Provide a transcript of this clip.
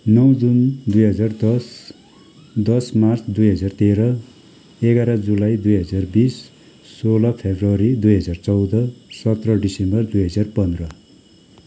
नौ जुन दुई हजार दस दस मार्च दुई हजार तेह्र एघार जुलाई दुई हजार बिस सोह्र फरवरी दुई हजार चौध सत्र डिसम्बर दुई हजार पन्ध्र